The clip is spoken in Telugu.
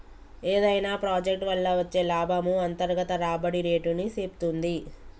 ఏదైనా ప్రాజెక్ట్ వల్ల వచ్చే లాభము అంతర్గత రాబడి రేటుని సేప్తుంది